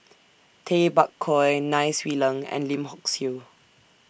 Tay Bak Koi Nai Swee Leng and Lim Hock Siew